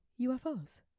ufos